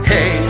Hey